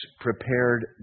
prepared